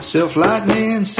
Self-lightning